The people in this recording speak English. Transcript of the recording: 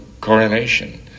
coronation